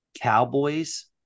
Cowboys